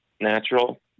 natural